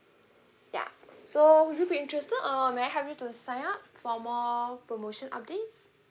ya so would you be interested or may I help you to sign up for more promotion up this